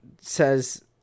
says